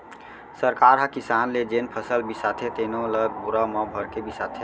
सरकार ह किसान ले जेन फसल बिसाथे तेनो ल बोरा म भरके बिसाथे